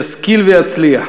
ישכיל ויצליח.